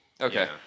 Okay